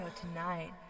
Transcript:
tonight